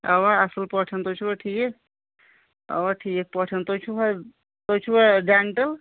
اَوا اَصٕل پٲٹھۍ تُہۍ چھُوا ٹھیٖک اَوا ٹھیٖک پٲٹھۍ تُہۍ چھُ حظ تُہۍ چھُوا ڈینٹٕل